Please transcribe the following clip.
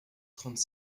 trente